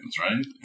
right